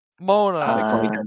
Mona